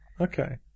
Okay